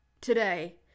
Today